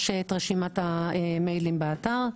יש את רשימת המיילים באתר.